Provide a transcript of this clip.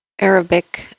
Arabic